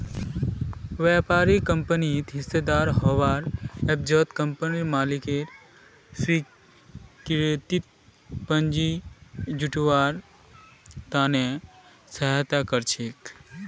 व्यापारी कंपनित हिस्सेदार हबार एवजत कंपनीर मालिकक स्वाधिकृत पूंजी जुटव्वार त न सहायता कर छेक